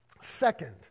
Second